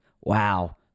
wow